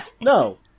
No